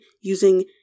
using